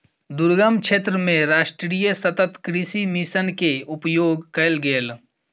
दुर्गम क्षेत्र मे राष्ट्रीय सतत कृषि मिशन के उपयोग कयल गेल